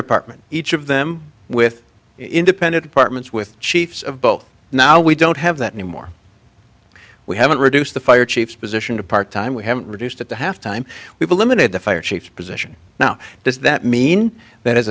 department each of them with independent departments with chiefs of both now we don't have that anymore we haven't reduced the fire chiefs position to part time we haven't reduced at the half time we've eliminated the fire chiefs position now does that mean that